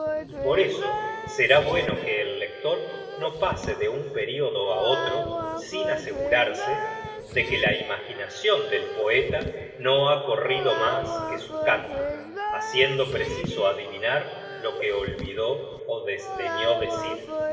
y por eso será bueno que el lector no pase de un período á otro sin asegurarse de que la imagina cion del poeta no ha corrido mas que su canto haciendo preciso adivinar lo que olvidó ó desdeñó decir